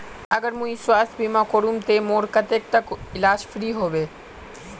अगर मुई स्वास्थ्य बीमा करूम ते मोर कतेक तक इलाज फ्री होबे?